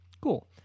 Cool